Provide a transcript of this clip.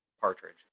partridge